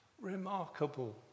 remarkable